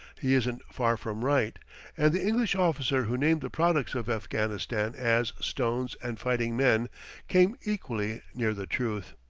he isn't far from right and the english officer who named the products of afghanistan as stones and fighting men came equally near the truth.